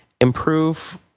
Improve